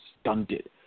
stunted